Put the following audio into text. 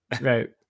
right